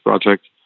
Project